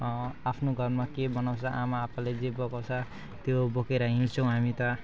आफ्नो घरमा के बनाउँछ आमाआप्पाले जे पकाउँछ त्यो बोकेर हिँड्छौँ हामी त